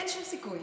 אין שום סיכוי.